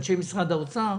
אנשי משרד האוצר,